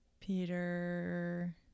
Peter